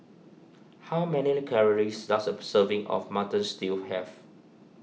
how many calories does of serving of Mutton Stew have